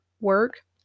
work